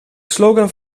slogan